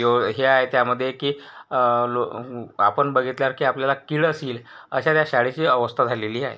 एवढं ह्या याच्यामध्ये की लो आपण बघितल्यावर की आपल्याला किळस येईल अशा त्या शाळेची अवस्था झालेली आहे